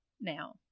now